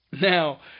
Now